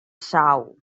sau